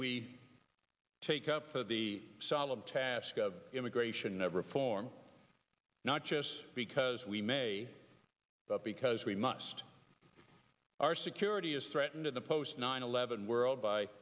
we take up for the solemn task of immigration never form not just because we may but because we must our security is threatened in the post nine eleven world by